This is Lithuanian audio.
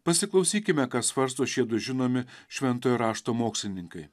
pasiklausykime ką svarsto šie du žinomi šventojo rašto mokslininkai